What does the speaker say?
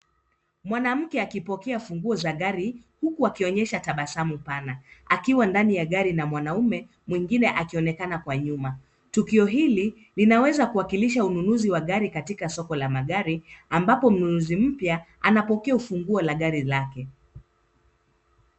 Mwanamke akipokea funguo za gari huku akionyesha tabasamu pana akiwa ndani ya gari na mwanaume mwingine akionekana kwa nyuma. Tukio hili linaweza kuwakilisha ununuzi wa gari katika soko la magari ambapo mnunuzi mpya anapokea ufunguo la gari lake.